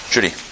Judy